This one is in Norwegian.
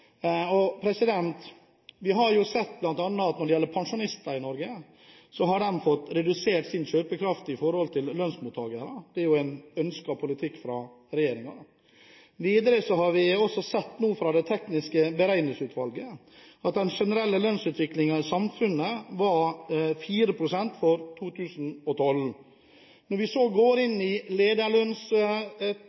Vi har jo sett bl.a. når det gjelder pensjonister i Norge, at de har fått redusert sin kjøpekraft i forhold til lønnsmottakere. Det er jo en ønsket politikk fra regjeringen. Videre har vi også sett, fra det tekniske beregningsutvalget, at den generelle lønnsutviklingen i samfunnet var på 4 pst. for 2012. Når vi så går inn i